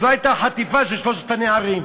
אז לא הייתה החטיפה של שלושת הנערים?